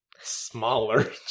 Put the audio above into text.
Smaller